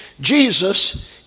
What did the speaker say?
Jesus